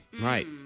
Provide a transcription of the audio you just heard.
Right